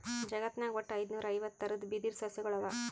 ಜಗತ್ನಾಗ್ ವಟ್ಟ್ ಐದುನೂರಾ ಐವತ್ತ್ ಥರದ್ ಬಿದಿರ್ ಸಸ್ಯಗೊಳ್ ಅವಾ